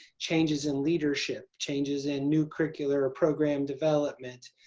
changes in leadership changes in new curricular or program development.